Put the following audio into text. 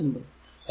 വളരെ സിമ്പിൾ